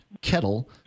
Kettle